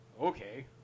Okay